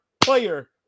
player